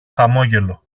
χαμόγελο